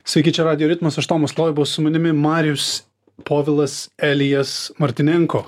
sveiki čia radijo ritmas aš tomas loiba su manimi marijus povilas elijas martinenko